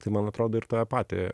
tai man atrodo ir tave patį